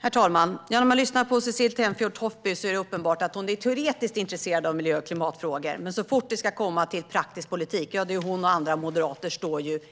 Herr talman! Det är uppenbart att Cecilie Tenfjord-Toftby är teoretiskt intresserad av miljö och klimatfrågor. Men så fort det kommer till praktisk politik står hon och andra moderater